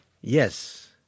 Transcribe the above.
yes